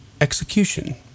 Execution